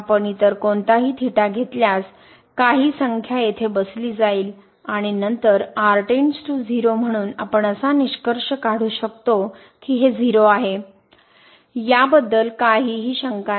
आपण इतर कोणताही घेतल्यास काही संख्या येथे बसली जाईल आणि नंतर म्हणून आपण असा निष्कर्ष काढू शकतो की हे 0 आहे याबद्दल काहीही शंका नाही